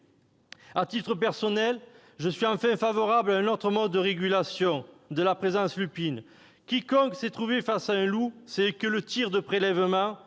À titre personnel, je suis enfin favorable à un autre mode de régulation de la présence lupine. Quiconque s'est trouvé face à un loup sait que le tir de prélèvement